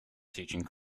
teaching